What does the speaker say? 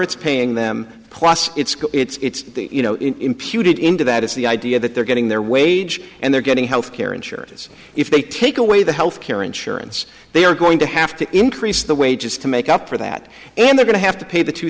it's paying them it's it's you know imputed into that is the idea that they're getting their wage and they're getting health care insurance if they take away the health care insurance they are going to have to increase the wages to make up for that and they're going to have to pay the two